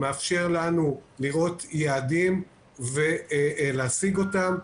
לראות יעדים ולהשיג אותם,